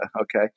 okay